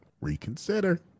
reconsider